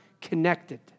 connected